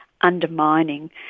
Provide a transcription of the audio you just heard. undermining